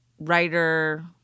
Writer